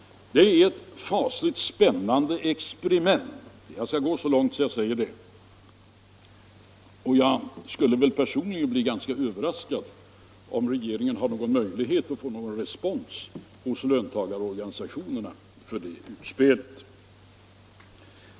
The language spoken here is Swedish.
Det är ett spännande expriment — jag skall gå så långt att jag säger det. Jag skulle personligen bli ganska överraskad om det visar sig att regeringen Hartling har någon möjlighet att få respons hos löntagarorganisationerna för det utspelet.